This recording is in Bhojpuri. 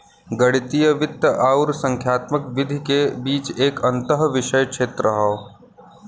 गणितीय वित्त आउर संख्यात्मक विधि के बीच एक अंतःविषय क्षेत्र हौ